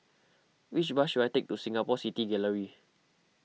which bus should I take to Singapore City Gallery